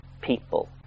people